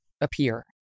appear